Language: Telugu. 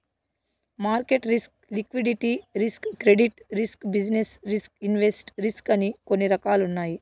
market risk liquidity risk credit risk business risk invest risk అని కొన్ని రకాలున్నాయి